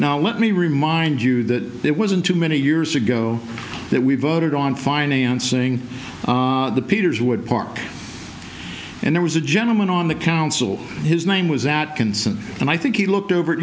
now let me remind you that it wasn't too many years ago that we voted on financing the peters would park and there was a gentleman on the council his name was that consent and i think he looked over